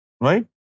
Right